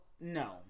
no